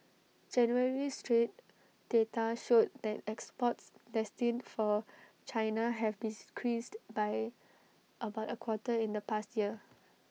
January's trade data showed that exports destined for China have be decreased by about A quarter in the past year